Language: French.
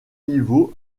niveau